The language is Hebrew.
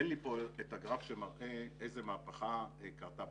אין לי פה את הגרף שמראה איזה מהפכה קרתה.